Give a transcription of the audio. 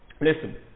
Listen